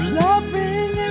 loving